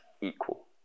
equal